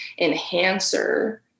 enhancer